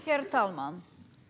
Herr talman!